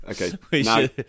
Okay